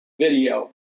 video